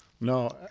No